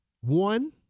One